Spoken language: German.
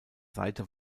seite